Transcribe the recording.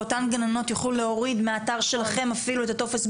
ואותן גננות יוכלו להוריד מהאתר שלכם אפילו את הטופס,